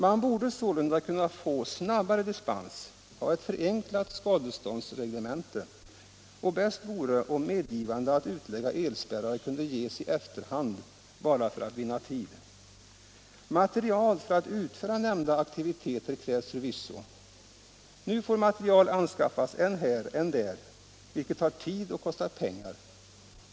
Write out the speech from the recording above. Man borde sålunda kunna få snabbare dispens, ett förenklat skadeståndsreglemente borde kunna införas, och bäst vore om medgivande att utlägga elspärrar kunde ges i efterhand, bara för att vinna tid. Materiel för att utföra nämnda aktiviteter krävs förvisso. Nu får materiel anskaffas än här och än där, vilket tar tid och kostar pengar.